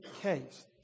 case